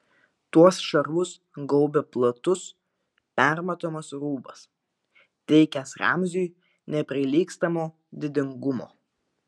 tuos šarvus gaubė platus permatomas rūbas teikęs ramziui neprilygstamo didingumo